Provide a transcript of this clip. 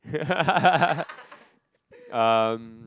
um